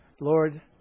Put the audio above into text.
Lord